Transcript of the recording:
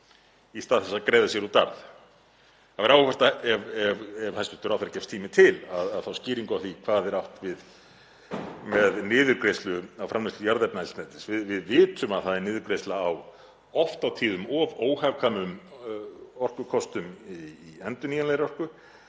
í stað þess að greiða sér út arð? Það væri áhugavert, ef hæstv. ráðherra gefst tími til, að fá skýringu á því hvað er átt við með niðurgreiðslu á framleiðslu jarðefnaeldsneytis. Við vitum að það er niðurgreiðsla á oft og tíðum of óhagkvæmum orkukostum í endurnýjanlegri orku